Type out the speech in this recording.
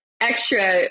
extra